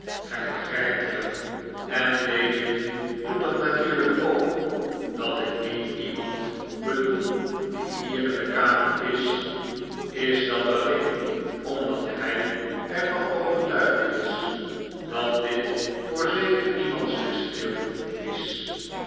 gij begrijpt wel en david doet dat natuurlijk ook dat ik niet iemand bedoel die hier in de kamer is is dat alleen omdat hij er van overtuigd is dat dit voor zeker iemands bestwil is